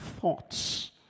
thoughts